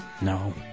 No